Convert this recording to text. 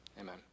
amen